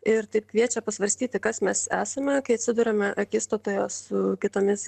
ir taip kviečia pasvarstyti kas mes esame kai atsiduriame akistatoje su kitomis